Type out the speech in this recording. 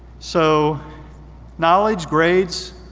so knowledge, grades,